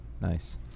Nice